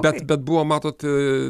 bet bet buvo matot